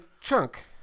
Chunk